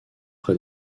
près